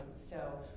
so,